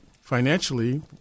financially